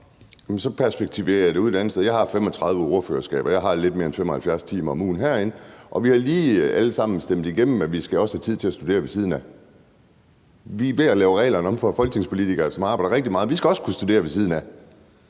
så perspektiverer jeg det ud et andet sted. Jeg har 35 ordførerskaber. Jeg har lidt mere end 75 timer om ugen herinde, og vi har lige alle sammen stemt igennem, at vi også skal have tid til at studere ved siden af. Vi er ved at lave reglerne om for folketingspolitikere, som arbejder rigtig meget. Vi skal også kunne studere ved siden af,